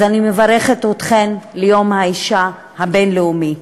אז אני מברכת אתכן ביום האישה הבין-לאומי.